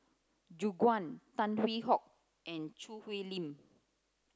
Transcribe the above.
Gu Juan Tan Hwee Hock and Choo Hwee Lim